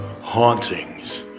Hauntings